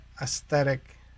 aesthetic